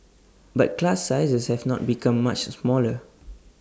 but class sizes have not become much smaller